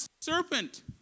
serpent